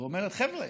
ואומרת: חבר'ה,